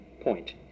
point